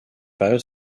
période